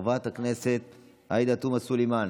חברת הכנסת עאידה תומא סלימאן,